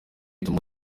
bituma